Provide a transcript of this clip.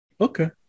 okay